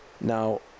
Now